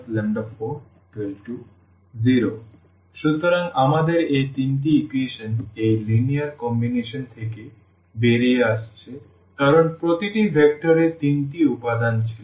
12340120λ140 সুতরাং আমাদের এই তিনটি ইকুয়েশন এই লিনিয়ার কম্বিনেশন থেকে বেরিয়ে আসছে কারণ প্রতিটি ভেক্টর এ তিনটি উপাদান ছিল